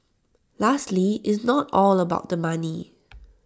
lastly it's not all about the money